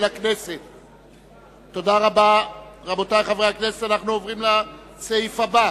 התרבות והספורט נתקבלה.